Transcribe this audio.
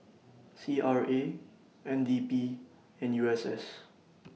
C R A N D P and U S S